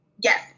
Yes